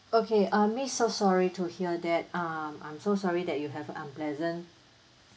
okay uh miss so sorry to hear that um I'm so sorry that you have unpleasant